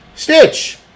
Stitch